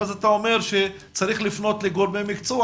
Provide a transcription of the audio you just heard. אז אתה אומר שצריך לפנות לגורמי מקצוע